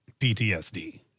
PTSD